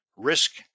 risk